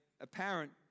apparent